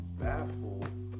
baffled